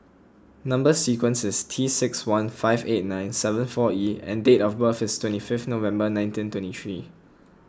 Number Sequence is T six one five eight nine seven four E and date of birth is twenty five November nineteen twenty three